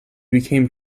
became